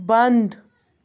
بنٛد